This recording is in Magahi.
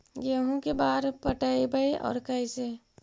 गेहूं के बार पटैबए और कैसे?